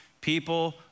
people